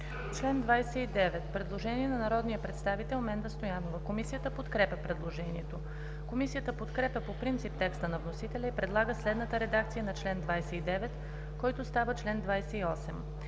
82 има предложение от народния представител Менда Стоянова. Комисията подкрепя предложението. Комисията подкрепя по принцип текста на вносителя и предлага следната редакция на чл. 82, който става чл.